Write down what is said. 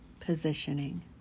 positioning